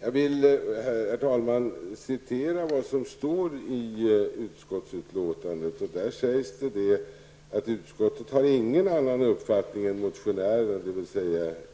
Herr talman! Jag vill citera vad som står i utskottsbetänkandet: ''Utskottet har ingen annan uppfattning än motionärerna'' -- dvs.